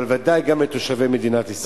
אבל ודאי גם לתושבי מדינת ישראל.